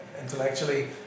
intellectually